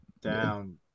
Down